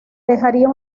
dejaría